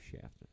shaft